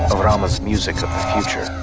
avraamov's music of the future,